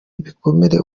ibikomere